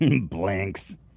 Blanks